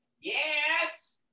Yes